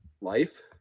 Life